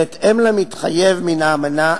בהתאם למתחייב מן האמנה,